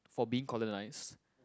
for being colonized